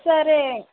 సరే